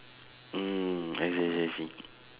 mm I see I see I see